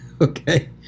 okay